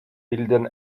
bilden